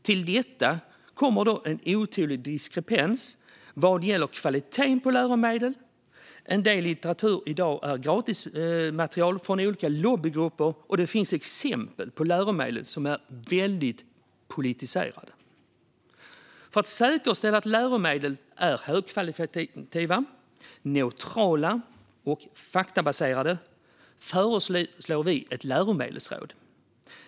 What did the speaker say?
Till detta kommer en otrolig diskrepans vad gäller kvaliteten på läromedel. En del litteratur i dag är gratismaterial från lobbygrupper, och det finns exempel på läromedel som är väldigt politiserade. För att säkerställa att läromedel är högkvalitativa, neutrala och faktabaserade föreslår vi att det ska inrättas ett läromedelsråd.